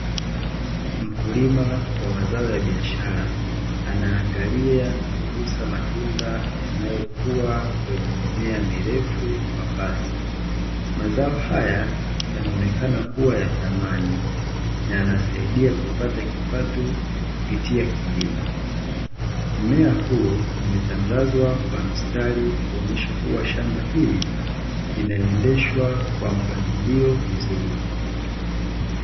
Mkulima wa mazazo ya biashara anaangalia na kugusa matunda yanayokua kwenye mimea mirefu wa mbaazi. Mazao haya yanaonekana kuwa ya thamani na yanasaidia kupata kipato kupitia kilimo. Mmea huo umetandazwa kwa mstari ili kuonesha kuwa shamba hili linaendeshwa kwa mpangilio mzuri.